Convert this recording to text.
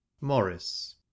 Morris